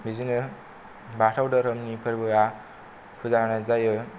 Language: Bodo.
बिदिनो बाथौ धोरोमनि फोरबोआ पुजा होनाय जायो